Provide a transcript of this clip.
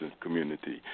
community